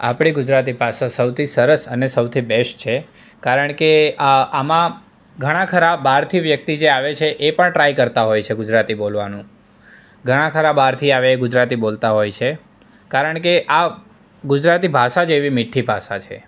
આપણી ગુજરાતી ભાષા સૌથી સરસ અને બેસ્ટ છે કારણ કે આ આમાં ઘણા ખરા બારથી જે વ્યક્તિ આવે છે એ પણ ટ્રાય કરતા હોય છે ગુજરાતી બોલવાનું ઘણાખરા બહારથી આવીને ગુજરાતી બોલતા હોય છે કારણ કે આ ગુજરાતી ભાષા જ એવી મીઠી ભાષા છે